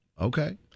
Okay